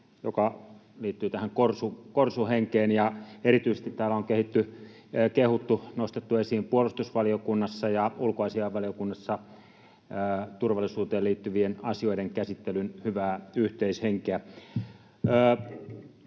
joka liittyy korsuhenkeen. Erityisesti täällä on kehuttu, nostettu esiin puolustusvaliokunnassa ja ulkoasiainvaliokunnassa turvallisuuteen liittyvien asioiden käsittelyn hyvää yhteishenkeä.